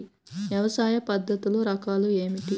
వ్యవసాయ పద్ధతులు రకాలు ఏమిటి?